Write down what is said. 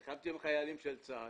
נלחמתי עם החיילים של צה"ל,